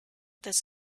this